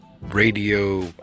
radio